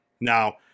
Now